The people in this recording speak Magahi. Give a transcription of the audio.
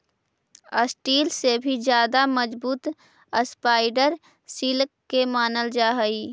स्टील से भी ज्यादा मजबूत स्पाइडर सिल्क के मानल जा हई